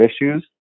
issues